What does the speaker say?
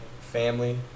family